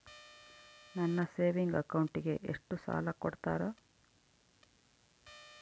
ನನ್ನ ಸೇವಿಂಗ್ ಅಕೌಂಟಿಗೆ ಎಷ್ಟು ಸಾಲ ಕೊಡ್ತಾರ?